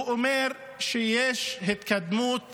הוא אומר שיש התקדמות